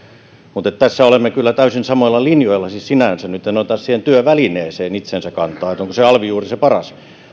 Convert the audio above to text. arvoon tässä olemme kyllä täysin samoilla linjoilla siis sinänsä nyt en ota siihen työvälineeseen itseensä kantaa että onko alvi juuri se paras